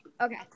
Okay